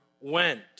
went